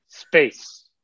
Space